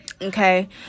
Okay